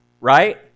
Right